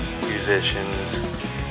musicians